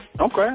okay